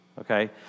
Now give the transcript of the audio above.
Okay